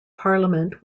parliament